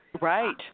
Right